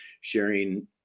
sharing